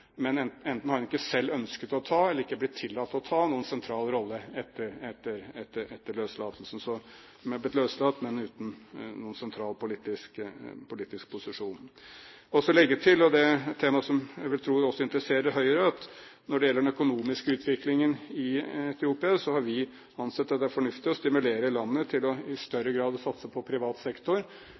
men enten har hun ikke selv ønsket å ta, eller hun har ikke blitt tillatt å ta, noen sentral rolle etter løslatelsen. Så hun er blitt løslatt, men uten å ha noen sentral politisk posisjon. Jeg vil legge til – og det er et tema som jeg tror også vil interessere Høyre – at når det gjelder den økonomiske utviklingen i Etiopia, har vi ansett at det er fornuftig å stimulere landet til i større grad å satse på privat sektor.